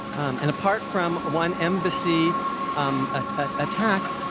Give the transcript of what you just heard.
um and apart from one embassy um ah attack,